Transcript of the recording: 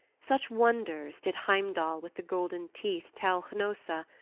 such wonders did heimdall with the golden teeth tell hnossa,